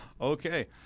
okay